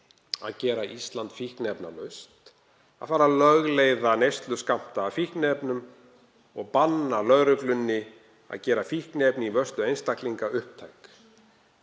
að gera Ísland fíkniefnalaust, að fara að lögleiða neysluskammta af fíkniefnum og banna lögreglunni að gera fíkniefni í vörslu einstaklinga upptæk.